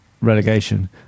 relegation